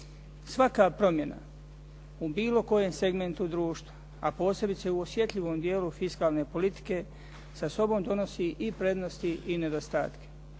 Svaka promjena u bilo kojem segmentu društva, a posebice u osjetljivom dijelu fiskalne politike sa sobom donosi i prednosti i nedostatke.